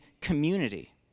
community